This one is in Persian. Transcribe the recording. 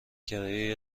کرایه